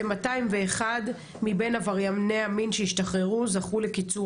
זה 201 מבין עברייני המין שהשתחררו זכו לקיצור